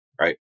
Right